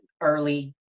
early